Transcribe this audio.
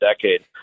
decade